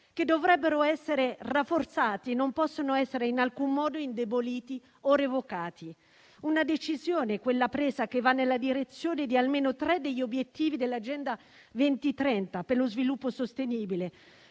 che dovrebbero essere rafforzati e che non possono essere in alcun modo indeboliti o revocati. Una decisione, quella presa, che va nella direzione di almeno tre degli obiettivi dell'Agenda 2030 per lo sviluppo sostenibile: